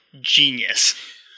genius